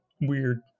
weird